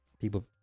People